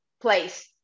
place